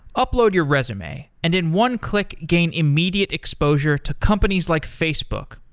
upload your resume and, in one click, gain immediate exposure to companies like facebook,